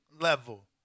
level